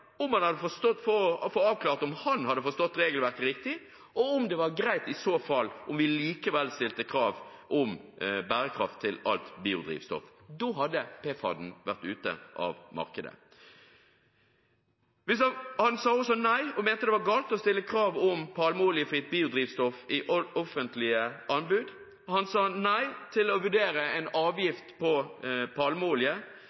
få avklart om han hadde forstått regelverket riktig, og om det i så fall var greit om vi likevel stilte krav om bærekraft til alt biodrivstoff. Da hadde PFAD vært ute av markedet. Han sa også nei til og mente det var galt å stille krav om palmeoljefritt biodrivstoff i offentlige anbud. Han sa nei til å vurdere en